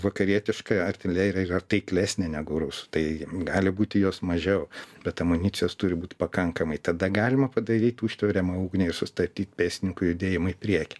vakarietiška artilerija yra taiklesnė negu rusų tai gali būti jos mažiau bet amunicijos turi būt pakankamai tada galima padaryt užtveriamą ugnį ir sustatyt pėstininkų judėjimą į priekį